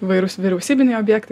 įvairūs vyriausybiniai objektai